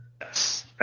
Yes